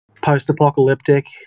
post-apocalyptic